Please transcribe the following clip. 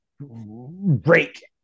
break